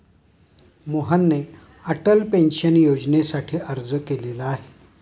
मोहनने अटल पेन्शन योजनेसाठी अर्ज केलेला आहे